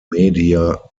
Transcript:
media